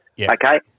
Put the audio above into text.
okay